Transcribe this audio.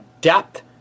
depth